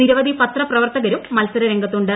നിരവധി പത്രപ്രവർത്തകരും മത്സര രംഗത്തുണ്ട്